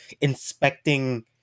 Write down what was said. inspecting